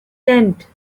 tent